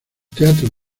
teatros